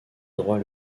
droit